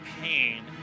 pain